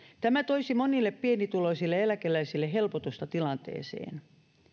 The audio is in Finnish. tämä toisi monille pienituloisille eläkeläisille helpotusta tilanteeseen